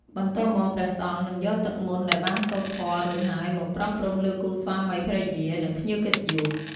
បន្ទាប់មក ព្រះសង្ឃនឹងយកទឹកមន្តដែលបានសូត្រធម៌រួចហើយមកប្រោះព្រំលើគូស្វាមីភរិយា និងភ្ញៀវកិត្តិយស។